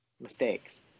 mistakes